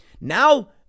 Now